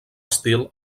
estil